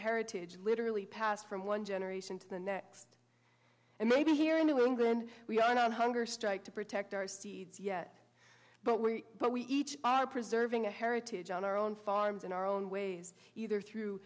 heritage literally passed from one generation to the next and maybe here in new england we are now on hunger strike to protect our steeds yet but we but we each are preserving a heritage on our own farms in our own ways either through